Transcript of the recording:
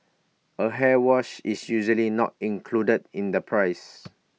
A hair wash is usually not included in the price